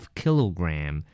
kilogram